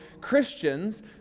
Christians